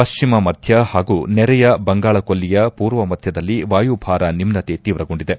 ಪಶ್ಚಿಮ ಮಧ್ಯ ಹಾಗೂ ನೆರೆಯ ಬಂಗಾಳ ಕೊಲ್ಲಿಯ ಪೂರ್ವ ಮಧ್ಯದಲ್ಲಿ ವಾಯುಭಾರ ನಿಮ್ನತೆ ತೀವ್ರಗೊಂಡಿದೆ